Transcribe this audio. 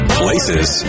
places